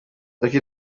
lucky